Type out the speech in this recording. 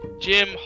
Jim